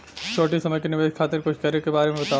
छोटी समय के निवेश खातिर कुछ करे के बारे मे बताव?